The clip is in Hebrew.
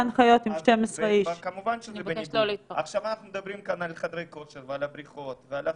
אנחנו מדברים על חדרי כושר וסטודיו,